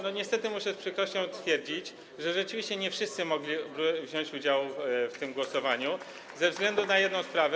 Niestety muszę z przykrością stwierdzić, że rzeczywiście nie wszyscy mogli wziąć udział w tym głosowaniu ze względu na jedną sprawę.